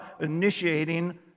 initiating